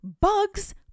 Bugs